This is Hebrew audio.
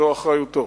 זאת אחריותו.